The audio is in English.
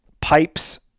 pipes